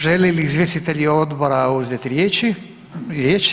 Želi li izvjestitelji odbora uzeti riječ?